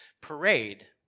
parade